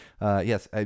Yes